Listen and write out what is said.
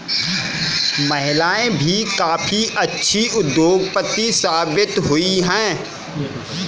महिलाएं भी काफी अच्छी उद्योगपति साबित हुई हैं